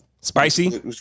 Spicy